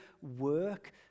work